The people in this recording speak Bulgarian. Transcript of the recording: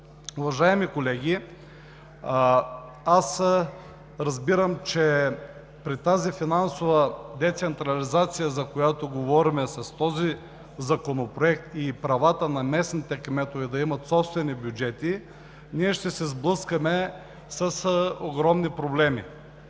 Уважаеми колеги, аз разбирам, че с тази финансова децентрализация, за която говорим с този законопроект – за правата на местните кметове да имат собствени бюджети, ние ще се сблъскаме с огромни проблеми.